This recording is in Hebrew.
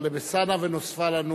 אחריו, טלב אלסאנע, ונוספה לנו